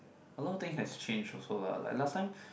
a lot thing has change also lah like last time